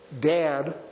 Dad